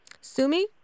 Sumi